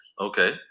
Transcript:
Okay